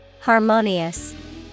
Harmonious